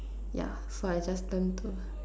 yeah so I just turn to